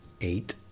Eight